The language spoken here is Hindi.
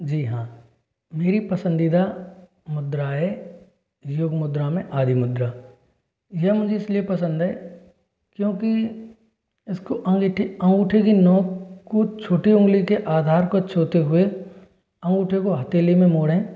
जी हाँ मेरी पसंदीदा मुद्राए योग मुद्रा में आदि मुद्रा यह मुझे इसलिए पसंद है क्योंकि इसको अंगेठी अंगूठे के नोक को छोटे उंगली के आधार को छूते हुए अंगूठे को हथेली में मोड़ें